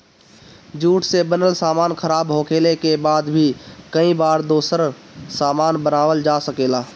jute से बनल सामान खराब होखले के बाद भी कई बार दोसर सामान बनावल जा सकेला